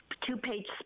two-page